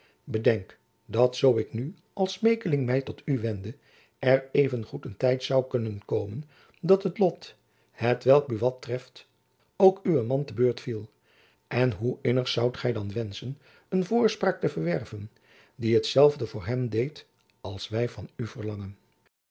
bedenk dat zoo ik nu als smeekeling my tot u wende er even goed een tijd zoû kunnen komen dat het lot hetwelk buat treft ook uwen jacob van lennep elizabeth musch man te beurt viel en hoe innig zoudt gy dan wenschen een voorspraak te verwerven die hetzelfde voor hem deed als wy van u verlangen